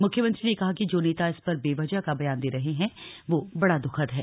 मुख्यमंत्री ने कहा कि जो नेता इस पर बेवजह का बयान दे रहे हैं वह बड़ा दुखद है